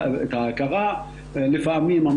לפקולטות יוקרתיות,